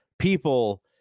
people